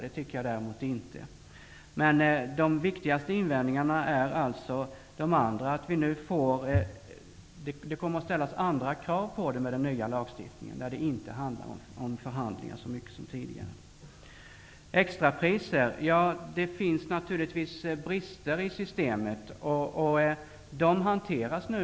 Det tycker jag inte. Men de viktigaste invändningarna är alltså att det med den nya lagstiftningen kommer att ställas andra krav på domstolen. Det kommer inte att röra sig lika mycket om förhandlingar som tidigare. Det finns naturligtvis brister i systemet med extrapriser.